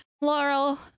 Laurel